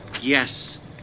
Yes